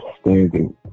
Standing